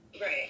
Right